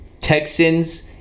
Texans